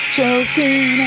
Choking